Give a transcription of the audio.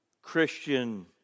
Christian